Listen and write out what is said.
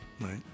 Right